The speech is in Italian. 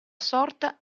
sorta